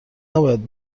نباید